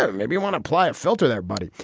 ah and maybe you want to apply it. filter there, buddy.